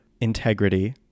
Integrity